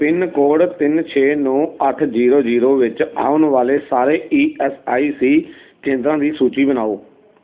pin code ਤਿੰਨ ਛੇ ਨੌਂ ਅੱਠ ਜ਼ੀਰੋ ਜ਼ੀਰੋ ਵਿੱਚ ਆਉਣ ਵਾਲੇ ਸਾਰੇ ਈ ਐਸ ਆਈ ਸੀ ਕੇਂਦਰਾਂ ਦੀ ਸੂਚੀ ਬਣਾਓ